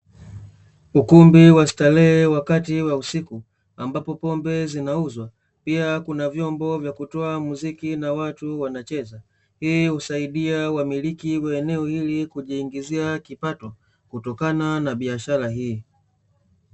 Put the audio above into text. Ukumbi wa starehe wakati wa usiku ambapo pombe zinauzwa, pia kuna vyombo vya kutoa muziki na watu wanacheza. Hii husaidia wamiliki wa eneo hili kujiingizia kipato kutokana na biashara hii.